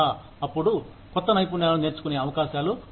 అప్పుడు కొత్త నైపుణ్యాలను నేర్చుకునే అవకాశాలు ఉంటాయి